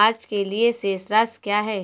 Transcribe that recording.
आज के लिए शेष राशि क्या है?